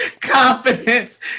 confidence